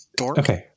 okay